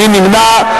מי נמנע?